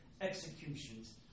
executions